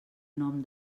nom